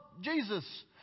Jesus